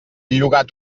llogat